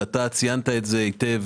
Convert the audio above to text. ואתה ציינת את זה היטב,